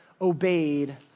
obeyed